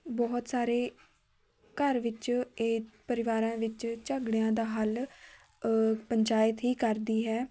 ਬਹੁਤ ਸਾਰੇ ਘਰ ਵਿੱਚ ਇਹ ਪਰਿਵਾਰਾਂ ਵਿੱਚ ਝਗੜਿਆਂ ਦਾ ਹੱਲ ਪੰਚਾਇਤ ਹੀ ਕਰਦੀ ਹੈ